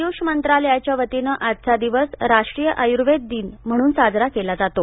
आयूष मंत्रालयाच्या वतीनं आजचा दिवस राष्ट्रीय आयूर्वेद दिन म्हणून साजरा केला जात आहे